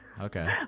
Okay